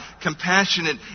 compassionate